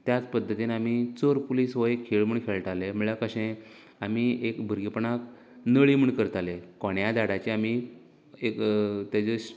त्याच पद्दतीन आमी चोर पोलीस हो एक खेळ म्हण खेळटालें म्हळ्यार कशें आमी एक भुरगेंपणांत नळीं म्हण करताले कोंड्यां झाडांची आमी एक तेचे